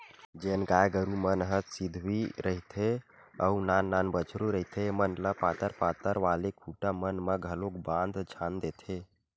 जेन गाय गरु मन ह सिधवी रहिथे अउ नान नान बछरु रहिथे ऐमन ल पातर पातर वाले खूटा मन म घलोक बांध छांद देथे